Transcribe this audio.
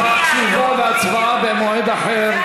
תשובה והצבעה במועד אחר,